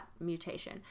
mutation